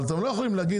אתם לא יכולים לומר